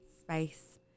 space